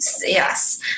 Yes